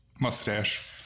mustache